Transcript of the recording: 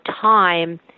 time